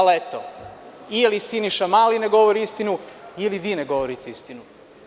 Ili Siniša Mali ne govori istinu, ili vi ne govorite istinu.